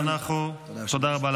תודה לכם.